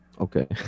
Okay